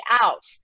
out